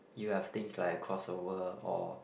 you have things like a crossover or